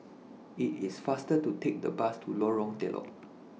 IT IS faster to Take The Bus to Lorong Telok